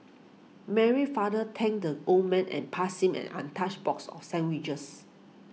Mary's father thanked the old man and passed him an untouched box of sandwiches